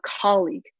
colleague